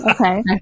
okay